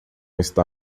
está